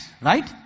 right